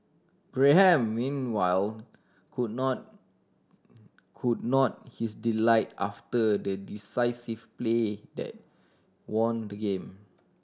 Graham meanwhile could not could not his delight after the decisive play that won the game